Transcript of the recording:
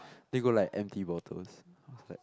then you go like empty bottles I was like